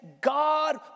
God